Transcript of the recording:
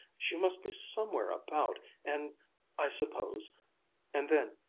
she must be somewhere about, and i suppose and then,